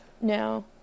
No